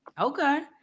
Okay